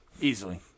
easily